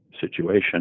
situation